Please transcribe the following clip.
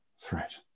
threat